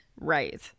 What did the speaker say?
Right